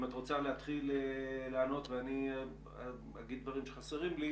אם את רוצה להתחיל לענות ואני אגיד דברים שחסרים לי,